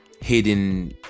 Hidden